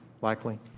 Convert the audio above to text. likely